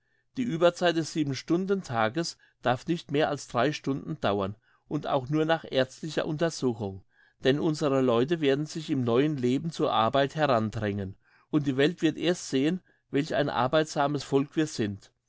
die ueberzeit des siebenstundentages darf nicht mehr als drei stunden dauern und auch nur nach ärztlicher untersuchung denn unsere leute werden sich im neuen leben zur arbeit herandrängen und die welt wird erst sehen welch ein arbeitsames volk wir sind